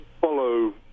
follow